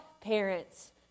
parents